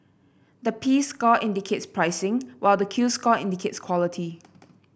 the P score indicates pricing while the Q score indicates quality